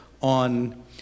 on